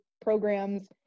programs